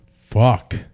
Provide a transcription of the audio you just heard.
Fuck